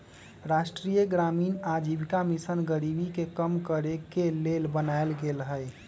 राष्ट्रीय ग्रामीण आजीविका मिशन गरीबी के कम करेके के लेल बनाएल गेल हइ